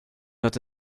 not